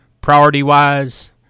priority-wise